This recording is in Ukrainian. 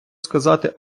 сказати